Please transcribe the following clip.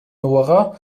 nora